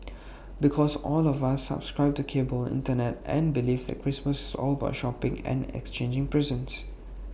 because all of us subscribe to cable Internet and belief that Christmas is all about shopping and exchanging presents